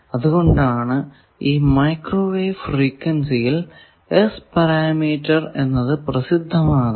അതുകൊണ്ടാണ് ഈ മൈക്രോവേവ് ഫ്രീക്വൻസിയിൽ S പാരാമീറ്റർ എന്നത് പ്രസിദ്ധമാകുന്നത്